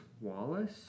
Wallace